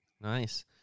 nice